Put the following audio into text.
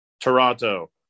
toronto